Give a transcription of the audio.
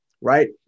right